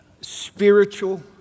spiritual